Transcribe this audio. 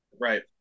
Right